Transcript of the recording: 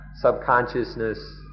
subconsciousness